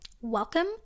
welcome